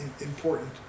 important